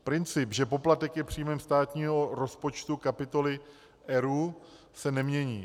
Princip, že poplatek je příjmem státního rozpočtu kapitoly ERÚ, se nemění.